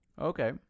Okay